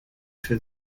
for